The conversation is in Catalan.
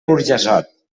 burjassot